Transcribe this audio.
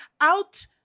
out